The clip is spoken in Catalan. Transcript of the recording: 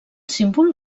símbol